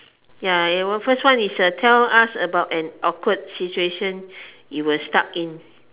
ya first one is uh tell us about an awkward situation you were stuck in